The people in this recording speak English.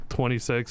26